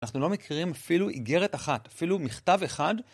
אנחנו לא מכירים אפילו איגרת אחת, אפילו מכתב אחד.